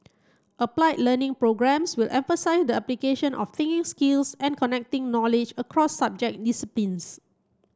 applied learning programmes will emphasise the application of thinking skills and connecting knowledge across subject disciplines